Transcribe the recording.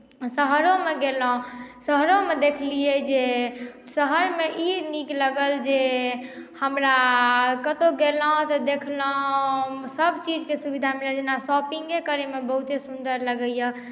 शहरोमे गेलहुँ शहरोमे देखलियै जे शहरमे ई नीक लागल जे हमरा कतहु गेलहुँ तऽ देखलहुँ सभचीजके सुविधा जेना शॉपिंगे करयमे बहुते सुन्दर लगैए